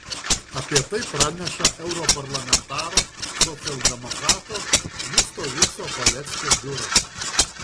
apie tai praneša europarlamentaro socialdemokrato justo vinco paleckio biuras